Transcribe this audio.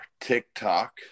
TikTok